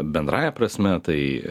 bendrąja prasme tai